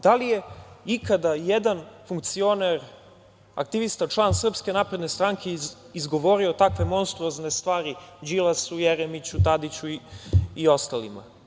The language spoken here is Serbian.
Da li je ikada i jedan funkcioner, aktivista, član SNS izgovorio takve monstruozne stvari Đilasu, Jeremiću, Tadiću i ostalima?